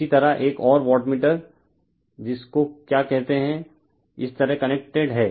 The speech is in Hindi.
इसी तरह एक और वाटमीटर जिसको क्या कहते है इस तरह कनेक्टेड है